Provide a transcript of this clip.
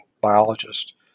biologist